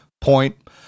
Point